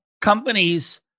companies